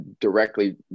directly